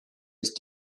ist